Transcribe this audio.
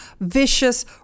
vicious